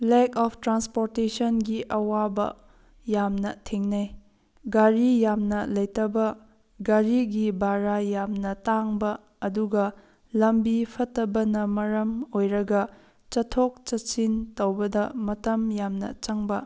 ꯂꯦꯛ ꯑꯣꯞ ꯇ꯭ꯔꯥꯟꯁꯄꯣꯔꯇꯦꯁꯟꯒꯤ ꯑꯋꯥꯕ ꯌꯥꯝꯅ ꯊꯦꯡꯅꯩ ꯒꯥꯔꯤ ꯌꯥꯝꯅ ꯂꯩꯇꯕ ꯒꯥꯔꯤꯒꯤ ꯚꯔꯥ ꯌꯥꯝꯅ ꯇꯥꯡꯕ ꯑꯗꯨꯒ ꯂꯝꯕꯤ ꯐꯠꯇꯕꯅ ꯃꯔꯝ ꯑꯣꯏꯔꯒ ꯆꯠꯊꯣꯛ ꯆꯠꯁꯤꯟ ꯇꯧꯕꯗ ꯃꯇꯝ ꯌꯥꯝꯅ ꯆꯪꯕ